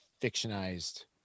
fictionized